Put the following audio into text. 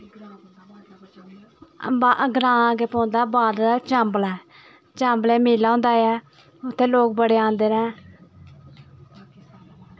ग्रांऽ अग्गें पौंदा बादलै चांबलै चांबलै मेला होंदा ऐ उत्थै लोग बड़े औंदे न